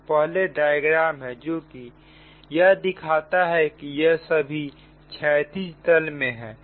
तो पहला डायग्राम है जोकि यह दिखाता है कि यह सभी क्षैतिज तल में है